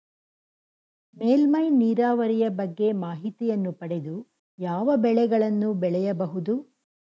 ಮೇಲ್ಮೈ ನೀರಾವರಿಯ ಬಗ್ಗೆ ಮಾಹಿತಿಯನ್ನು ಪಡೆದು ಯಾವ ಬೆಳೆಗಳನ್ನು ಬೆಳೆಯಬಹುದು?